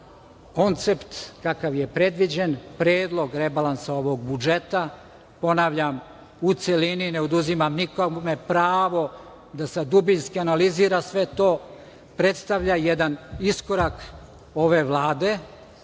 koncept kakav je predviđen, Predlog rebalansa ovog budžeta, ponavljam, u celini, ne oduzimam nikome pravo da dubinski analizira sve to predstavlja jedan iskorak ove Vlade